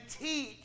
teach